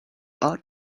ought